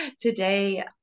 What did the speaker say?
today